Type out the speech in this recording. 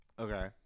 Okay